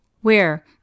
Where